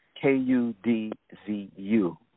K-U-D-Z-U